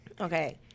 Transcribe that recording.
Okay